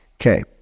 okay